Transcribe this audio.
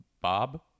Bob